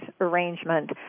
arrangement